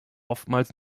oftmals